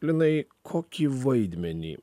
linai kokį vaidmenį